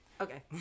Okay